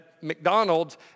McDonald's